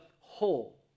whole